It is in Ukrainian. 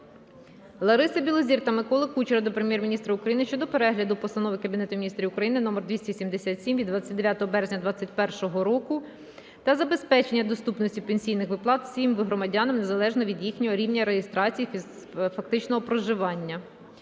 Лариси Білозір та Миколи Кучера до Прем'єр-міністра України щодо перегляду Постанови Кабінету Міністрів України №277 від 29 березня 2021 року та забезпечення доступності пенсійних виплат всім громадянам, незалежно від їхнього місця реєстрації, фактичного проживання.